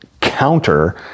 counter